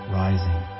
rising